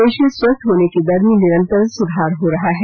देश में स्वस्थ होने की दर में निरन्तर सुधार हो रहा है